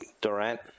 Durant